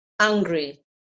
angry